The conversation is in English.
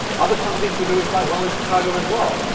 other companies were doing quite well in chicago as well.